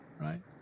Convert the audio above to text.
right